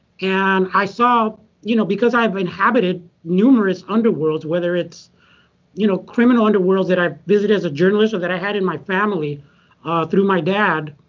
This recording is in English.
and i saw you know because i have inhabited numerous underworlds, whether it's you know criminal underworlds that i've visited as a journalist or that i've had in my family through my dad,